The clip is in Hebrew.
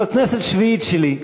זאת כנסת שביעית שלי,